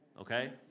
okay